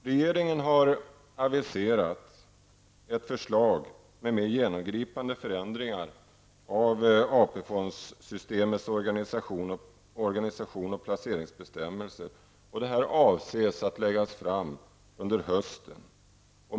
Regeringen har aviserat ett förslag med mer genomgripande förändringar av AP-fondsystemets organisation och placeringsbestämmelser. Detta förslag avses läggas fram under hösten.